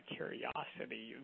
curiosity